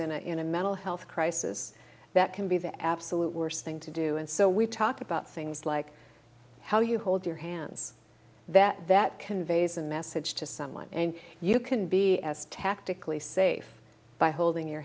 in a in a mental health crisis that can be the absolute worst thing to do and so we talk about things like how you hold your hands that that conveys a message to someone and you can be as tickly safe by holding your